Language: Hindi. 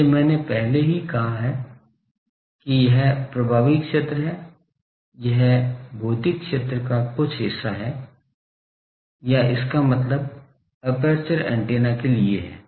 इसलिए मैंने पहले ही कहा है कि यह प्रभावी क्षेत्र है यह भौतिक क्षेत्र का कुछ हिस्सा है या इसका मतलब एपर्चर एंटीना के लिए है